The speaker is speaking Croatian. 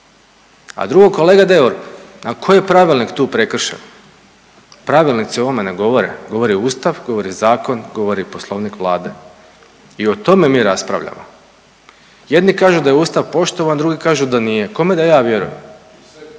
A drugo kolega Deur, a koji je pravilnik tu prekršen? Pravilnici o ovome ne govore, govori Ustav, govori zakon, govori Poslovnik Vlade i o tome mi raspravljamo. Jedni kažu da je Ustav poštovan, drugi kažu da nije. Kome da ja vjerujem?